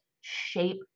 shape